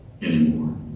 anymore